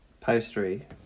pastry